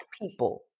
people